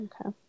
Okay